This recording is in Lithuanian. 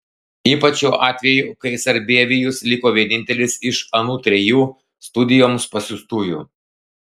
ypač šiuo atveju kai sarbievijus liko vienintelis iš anų trijų studijoms pasiųstųjų